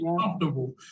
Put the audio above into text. comfortable